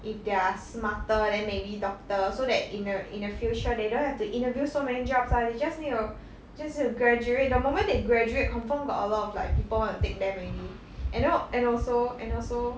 if they are smarter then maybe doctor so that in the in the future they don't have to interview so many jobs ah they just need to just need to graduate the moment they graduate confirm got a lot of like people want to take them already and no and also and also